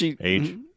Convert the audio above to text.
Age